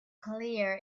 clear